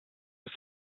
his